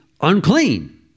unclean